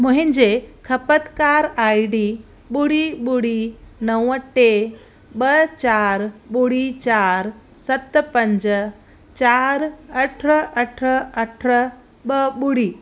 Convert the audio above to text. मुंहिंजे ख़पतिकारु I D ॿुड़ी ॿुड़ी नव टे ॿ चार ॿुड़ी चार सत पंज चार अठ अठ अठ ॿ ॿुड़ी